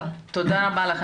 תודה רבה לך.